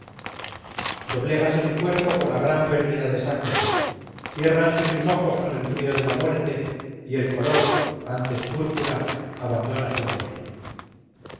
doblégase su cuerpo con la gran pérdida de sangre ciérranse sus ojos con el frío de la muerte y el color antes púrpura abandona su rostro